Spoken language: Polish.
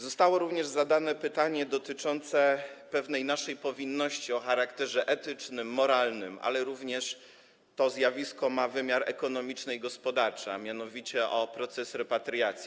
Zostało również zadane pytanie dotyczące pewnej naszej powinności o charakterze etycznym, moralnym - ale to zjawisko ma również wymiar ekonomiczny i gospodarczy - a mianowicie o proces repatriacji.